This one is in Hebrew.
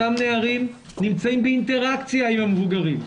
אותם נערים נמצאים באינטראקציה עם המבוגרים,